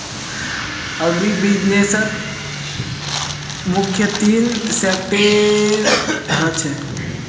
अग्रीबिज़नेसत मुख्य तीन सेक्टर ह छे